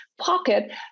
pocket